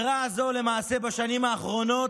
בשנים האחרונות,